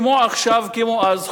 עכשיו כמו אז,